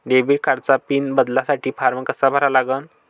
Debit कार्डचा pin बदलासाठी form कसा भरा लागन?